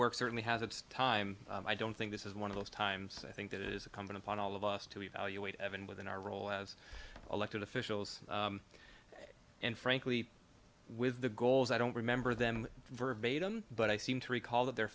work certainly has its time i don't think this is one of those times i think that it is a common upon all of us to evaluate evan within our role as elected officials and frankly with the goals i don't remember them verbatim but i seem to recall that they're